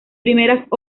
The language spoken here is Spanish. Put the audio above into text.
primeras